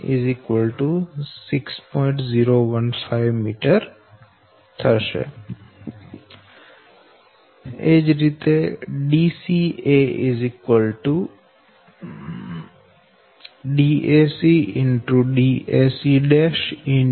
015 m હવે Dca dac